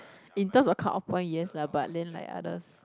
in terms of cut off point yes lah but then like others